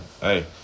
Hey